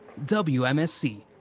WMSC